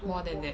多 than that